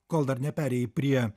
kol dar neperėjai prie